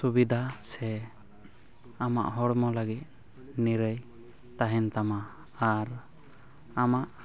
ᱥᱩᱵᱤᱫᱷᱟ ᱥᱮ ᱟᱢᱟᱜ ᱦᱚᱲᱢᱚ ᱞᱟᱹᱜᱤᱫ ᱱᱤᱨᱟᱹᱭ ᱛᱟᱦᱮᱱ ᱛᱟᱢᱟ ᱟᱨ ᱟᱢᱟᱜ